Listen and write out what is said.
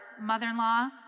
mother-in-law